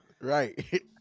Right